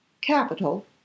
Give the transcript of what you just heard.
Capital